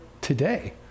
today